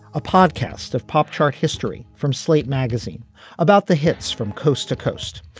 a podcast of pop chart history from slate magazine about the hits from coast to coast.